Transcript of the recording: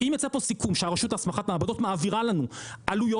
אם יצא פה סיכום שהרשות להסמכת מעבדות מעבירה לנו עלויות